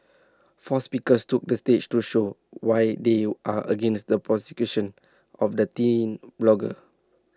four speakers took the stage to show why they are against the persecution of the teen blogger